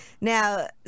now